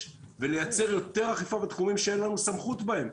ולייצר יותר אכיפה בתחומים שאין לנו סמכות בהם.